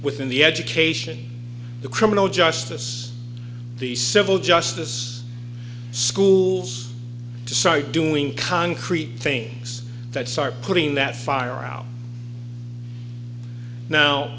within the education the criminal justice the civil justice schools to start doing concrete things that start putting that fire out no